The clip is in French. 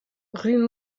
rue